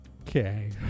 Okay